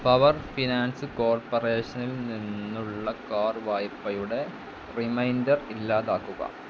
power finance കോർപ്പറേഷനിൽ നിന്നുള്ള car വായ്പയുടെ റിമൈൻഡർ ഇല്ലാതാക്കുക